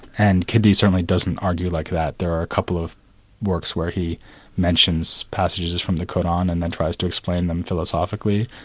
and kindi certainly doesn't argue like that. there are a couple of works where he mentions passages from the qur'an, and then tries to explain them philosophically.